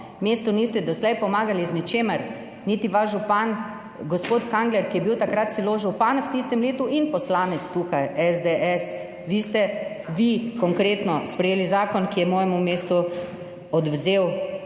Mestu doslej niste pomagali z ničimer, niti vaš župan gospod Kangler, ki je bil takrat celo župan, v tistem letu, in tukaj poslanec SDS. Vi konkretno ste sprejeli zakon, ki je mojemu mestu odvzel